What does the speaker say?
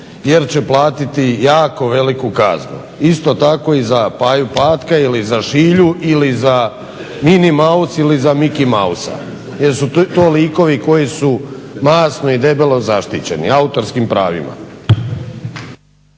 jer će platiti jako veliku kaznu. Isto tako i za Paju Patka ili za Šilju ili za Mini Mouse ili za Miki Mousea jer su to likovi koji su masno i debelo zaštićeni, autorskim pravima.